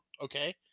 okay